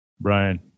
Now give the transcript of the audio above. Brian